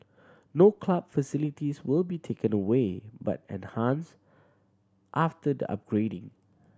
no club facilities will be taken away but enhanced after the upgrading